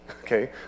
Okay